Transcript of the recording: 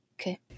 okay